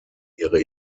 ihre